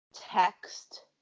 text